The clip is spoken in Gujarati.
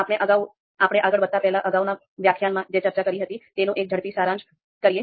આપણે આગળ વધતા પહેલા અગાઉના વ્યાખ્યાનમાં જે ચર્ચા કરી હતી તેનું એક ઝડપી સારાંશ કરીએ